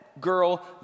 Girl